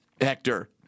Hector